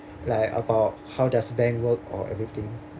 like about how does bank work or everything